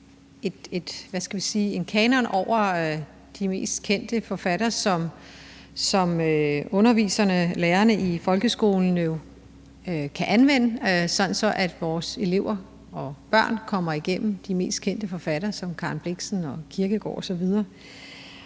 en kanon over de mest kendte forfattere, som underviserne, lærerne i folkeskolen, kan anvende, sådan at eleverne, vores børn, kommer igennem de mest kendte forfattere som Karen Blixen, Kierkegaard osv.